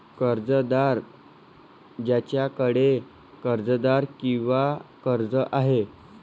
कर्जदार ज्याच्याकडे कर्जदार किंवा कर्ज आहे